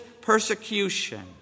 persecution